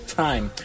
time